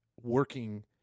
working